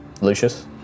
Lucius